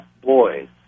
boys